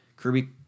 kirby